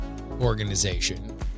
organization